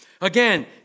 Again